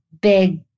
big